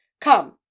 come